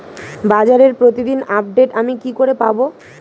বাজারের প্রতিদিন আপডেট আমি কি করে পাবো?